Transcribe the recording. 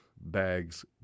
Bags